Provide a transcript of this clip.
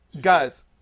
Guys